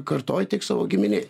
kartoj tik savo giminėj